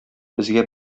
безгә